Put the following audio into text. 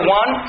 one